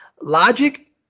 logic